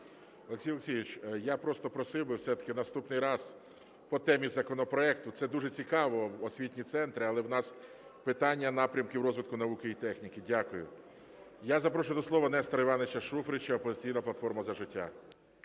Олексію Олексійовичу, я просто просив би все-таки наступний раз по темі законопроекту. Це дуже цікаво – освітні центри, але в нас питання напрямків розвитку науки і техніки. Дякую. Я запрошую до слова Нестора Івановича Шуфрича, "Опозиційна платформа – За життя".